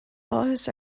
áthas